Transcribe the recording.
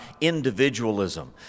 individualism